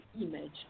image